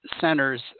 centers